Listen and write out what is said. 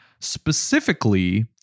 specifically